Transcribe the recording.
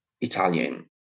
Italian